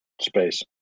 space